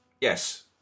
Yes